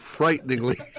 Frighteningly